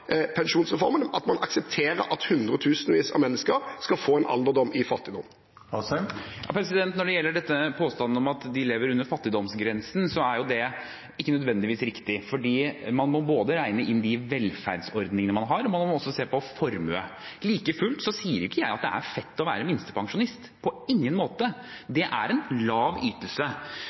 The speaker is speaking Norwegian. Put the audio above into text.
pensjonsreformen at man aksepterer at hundretusenvis av mennesker skal få en alderdom i fattigdom. Når det gjelder påstanden om at de lever under fattigdomsgrensen, er det ikke nødvendigvis riktig, for man må både regne inn de velferdsordningene man har, og man må også se på formue. Like fullt sier ikke jeg at det er fett å være minstepensjonist – på ingen måte. Det er en lav ytelse.